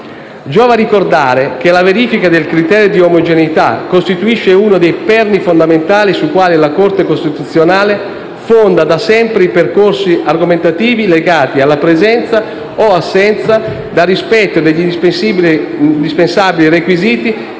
Giova ricordare che la verifica del criterio di omogeneità costituisce uno dei perni fondamentali sui quali la Corte costituzionale fonda da sempre i percorsi argomentativi legati alla presenza o assenza del rispetto degli indispensabili requisiti